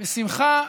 בשמחה,